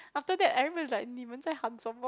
after that everybody like 你们在喊什么